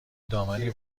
دامنی